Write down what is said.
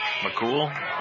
McCool